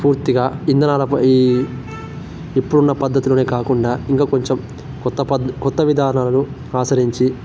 పూర్తిగా ఇంధనాలపై ఇప్పుడున్న పద్ధతిలోనే కాకుండా ఇంకా కొంచెం కొత్త పద్ కొత్త విధానాలను ఆసరించి